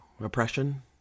oppression